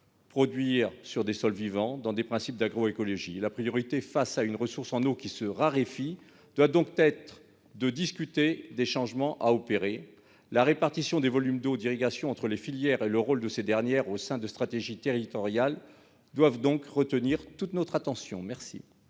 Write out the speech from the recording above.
produire sur des sols vivants et avec des principes d'agroécologie. La priorité, face à la raréfaction de la ressource en eau, doit être de discuter des changements à opérer. La répartition des volumes d'eau d'irrigation entre les filières et le rôle de ces dernières au sein de stratégies territoriales doivent retenir toute notre attention. La